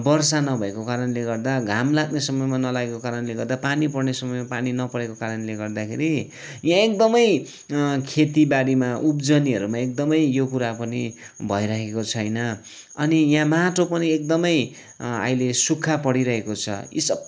वर्षा नभएको कारणले गर्दा घाम लाग्ने समयमा नलागेको कारणले गर्दा पानी पर्ने समयमा पानी नपरेको कारणले गर्दाखेरि यहाँ एकदमै खेतीबारीमा उब्जनीहरूमा एकदमै यो कुरा पनि भइरहेको छैन अनि यहाँ माटो पनि एकदमै अहिले सुक्खा परेरहेको छ यी सबै